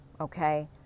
okay